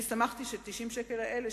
אני שמחתי ש-90 השקל האלה,